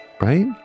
right